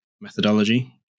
methodology